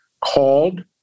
called